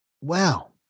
Wow